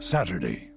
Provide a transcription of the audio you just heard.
Saturday